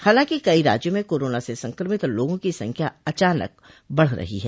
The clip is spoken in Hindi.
हालांकि कई राज्यों में कोरोना से संक्रमित लोगों की संख्या अचानक बढ़ रही है